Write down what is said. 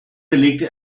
belegte